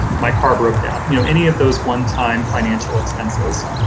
my car broke down, you know any of those one-time financial expenses.